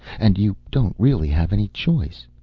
and you don't really have any choice.